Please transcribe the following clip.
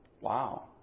Wow